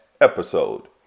episode